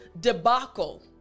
debacle